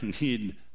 need